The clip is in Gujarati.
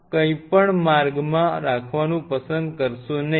કંઈપણ માર્ગમાં રાખવાનું પસંદ કરશો નહીં